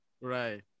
Right